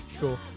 Cool